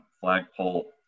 flagpole